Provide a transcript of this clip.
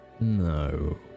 No